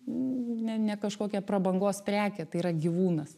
ne ne kažkokia prabangos prekė tai yra gyvūnas